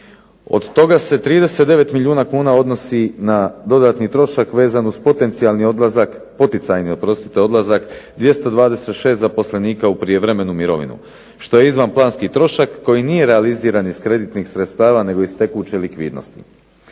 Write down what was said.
Od toga se 39 milijuna kuna odnosi na dodatni trošak vezan uz potencijalni odlazak, poticajni oprostite odlazak 226 zaposlenika u prijevremenu mirovinu što je izvanplanski trošak koji nije realiziran iz kreditnih sredstava nego iz tekuće likvidnosti.